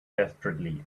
desperately